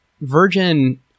Virgin